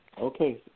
Okay